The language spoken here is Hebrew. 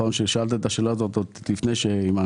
ששאל את השאלה הזאת עוד לפני שאימאן